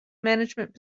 management